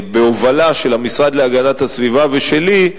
בהובלה של המשרד להגנת הסביבה ושלי,